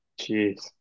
Jeez